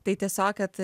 tai tiesiog kad